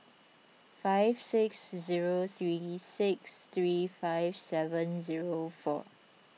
five six zero three six three five seven zero four